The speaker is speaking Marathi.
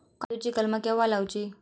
काजुची कलमा केव्हा लावची?